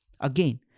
Again